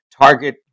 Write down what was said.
target